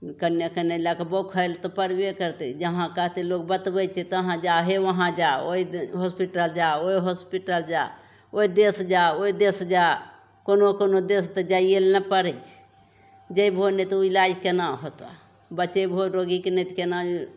कोन्ने कोन्ने लग बौखै ले तऽ पड़बे करतै जहाँ कहतै लोक बतबै छै तहाँ जाहे वहाँ जा ओहि हॉसपिटल जा ओहि हॉसपिटल जा ओहि देश जा ओहि देश जा कोनो कोनो देश तऽ जाइ ले ने पड़ै छै जएबहो नहि तऽ ओ इलाज कोना होतऽ बचेबहो रोगीके नहि तऽ कोना